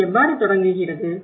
தழுவல் எவ்வாறு தொடங்குகிறது